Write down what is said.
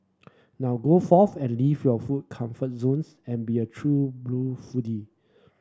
now go forth and leave your food comfort zones and be a true blue foodie